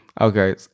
Okay